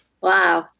Wow